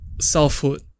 selfhood